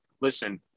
listen